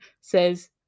says